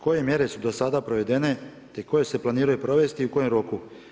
Koje mjere su do sad provedene i koje se planiraju provesti i u kojem roku.